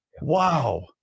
Wow